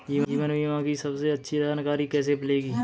जीवन बीमा की सबसे अच्छी जानकारी कैसे मिलेगी?